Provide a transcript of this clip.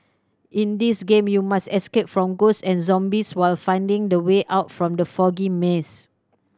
in this game you must escape from ghosts and zombies while finding the way out from the foggy maze